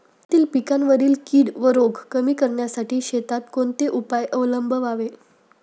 शेतातील पिकांवरील कीड व रोग कमी करण्यासाठी शेतात कोणते उपाय अवलंबावे?